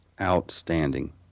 Outstanding